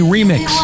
Remix